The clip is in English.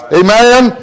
amen